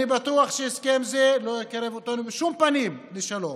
אני בטוח שהסכם זה לא יקרב אותנו בשום פנים לשלום.